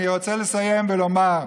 אני רוצה לסיים ולומר: